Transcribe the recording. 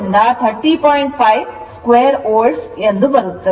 5 square volt ಎಂದು ಬರುತ್ತದೆ